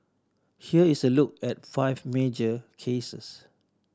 here is a look at five major cases